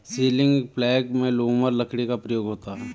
ceiling प्लेग में लूमर लकड़ी का प्रयोग होता है